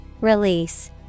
Release